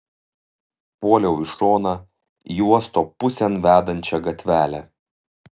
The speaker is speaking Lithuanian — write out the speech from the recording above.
puoliau į šoną į uosto pusėn vedančią gatvelę